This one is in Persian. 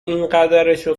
اینقدرشو